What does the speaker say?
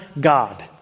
God